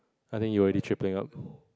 I think you already triplet out